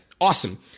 awesome